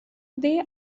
they